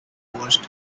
opposed